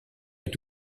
est